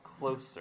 closer